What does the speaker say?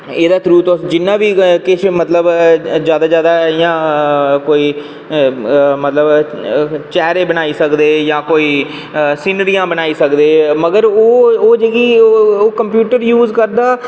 एह्दे थ्रू जिन्ना बी तुस जादै जादै इंया कोई चेहरे बनाई सकदे जां कोई सीनरियां बनाई सकदे ओह् मतलब कोई ओह् कंप्यूटर यूज़ करदा